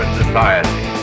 society